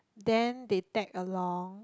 then they tag along